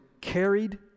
carried